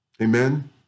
Amen